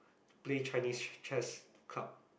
play Chinese chess club